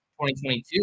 2022